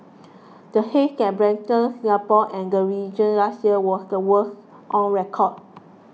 the haze that blanketed Singapore and the region last year was the worst on record